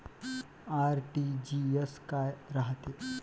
RTGS काय रायते?